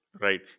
Right